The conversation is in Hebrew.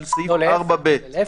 להפך,